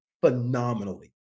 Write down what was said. phenomenally